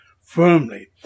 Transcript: firmly